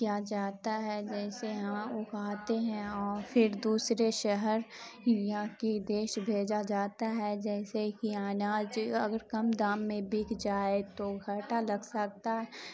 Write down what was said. کیا جاتا ہے جیسے ہاں اگاتے ہیں اور پھر دوسرے شہر یہاں کی دیش بھیجا جاتا ہے جیسے کہ اناج اگر کم دام میں بک جائے تو گھاٹا لگ سکتا ہے